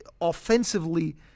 offensively